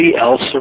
else